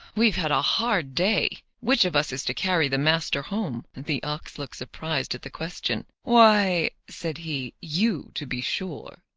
we've had a hard day which of us is to carry the master home? the ox looked surprised at the question. why, said he, you, to be sure,